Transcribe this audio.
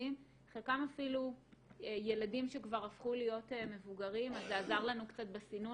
חלקם אפילו ילדים שכבר הפכו להיות מבוגרים אז זה עזר לנו קצת בסינון